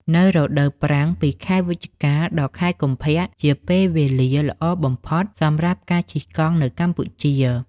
នៅរដូវប្រាំងពីខែវិច្ឆិកា ដល់ ខែកុម្ភ ជាពេលវេលាល្អបំផុតសម្រាប់ការជិះកង់នៅកម្ពុជា។